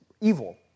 evil